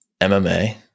MMA